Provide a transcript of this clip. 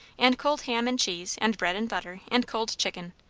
and cold ham and cheese, and bread and butter, and cold chicken.